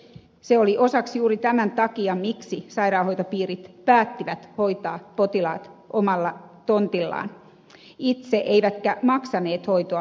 se oli osaksi juuri tämän takia miksi sairaanhoitopiirit päättivät hoitaa potilaat omalla tontillaan itse eivätkä maksaneet hoitoa heinolassa